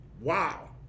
wow